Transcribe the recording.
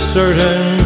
certain